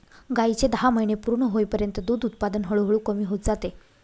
गायीचे दहा महिने पूर्ण होईपर्यंत दूध उत्पादन हळूहळू कमी होत जाते